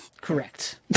Correct